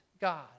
God